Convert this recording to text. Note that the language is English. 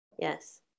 Yes